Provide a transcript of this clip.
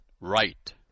right